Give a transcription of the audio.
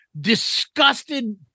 disgusted